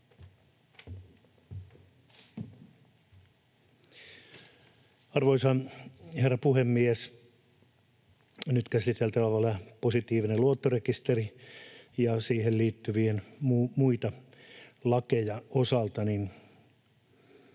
Arvoisa herra puhemies! Nyt käsiteltävänä olevan positiivisen luottorekisterin ja siihen liittyvien muiden lakien osalta